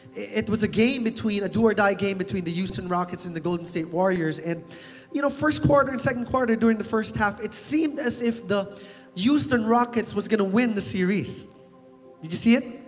it was a game between, a do-or-die game between the houston rockets in the golden state warriors. and you know first quarter, and second quarter, during the first half, it seemed as if the houston rockets was gonna win the series. did you see it?